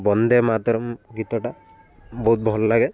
ବନ୍ଦେ ମାତରମ୍ ଗୀତଟା ବହୁତ ଭଲ ଲାଗେ